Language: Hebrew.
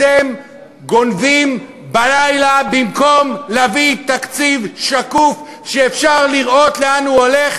אתם גונבים בלילה במקום להביא תקציב שקוף שאפשר לראות לאן הוא הולך,